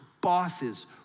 bosses